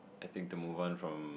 I think to move on from